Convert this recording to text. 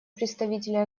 представителя